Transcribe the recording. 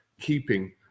keeping